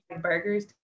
burgers